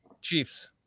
Chiefs